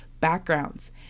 backgrounds